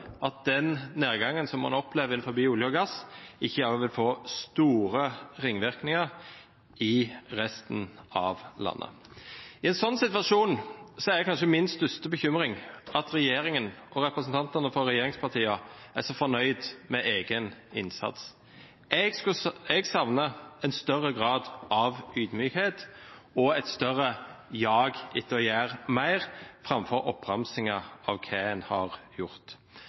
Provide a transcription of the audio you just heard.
gass, ikke også vil få store ringvirkninger i resten av landet. I en sånn situasjon er kanskje min største bekymring at regjeringen og representantene fra regjeringspartiene er så fornøyd med egen innsats. Jeg savner en større grad av ydmykhet og et større jag etter å gjøre mer, framfor oppramsinger av hva en har gjort.